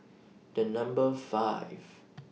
The Number five